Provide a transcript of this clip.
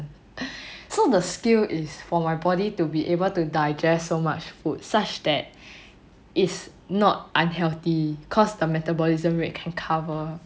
so the skill is for my body to be able to digest so much food such that is not unhealthy cause the metabolism rate can cover